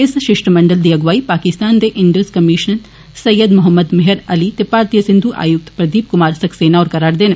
इस षिश्टमंडल दी अगुवाई पाकिस्तान दे इंडस कमीष्नर सइद मौहम्मद मेहर अली ते भारतीय सिन्धु आयुक्त प्रदीप कुमार सक्सेना होर करा रदे न